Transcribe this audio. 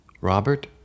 Robert